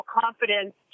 confidence